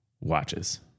watches